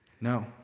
no